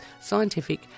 scientific